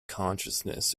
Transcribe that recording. consciousness